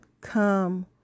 come